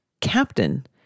Captain